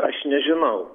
aš nežinau